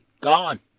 Gone